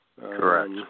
Correct